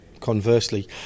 conversely